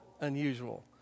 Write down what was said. unusual